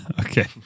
okay